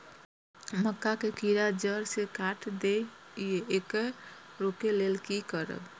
मक्का के कीरा जड़ से काट देय ईय येकर रोके लेल की करब?